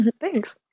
thanks